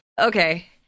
Okay